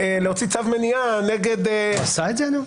צו מניעה --- הוא עשה את זה עד היום?